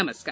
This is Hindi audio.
नमस्कार